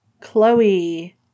Chloe